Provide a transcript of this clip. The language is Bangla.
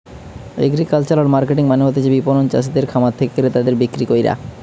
এগ্রিকালচারাল মার্কেটিং মানে হতিছে বিপণন চাষিদের খামার থেকে ক্রেতাদের বিক্রি কইরা